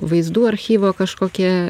vaizdų archyvo kažkokie